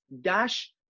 dash